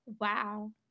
Wow